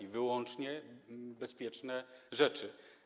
To wyłącznie bezpieczne rzeczy.